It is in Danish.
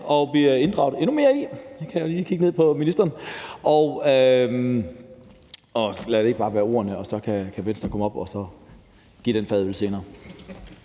at blive inddraget endnu mere i. Her kan jeg jo lige kigge ned på ministeren. Lad det bare være ordene, og så kan Venstre komme op og give den fadøl senere.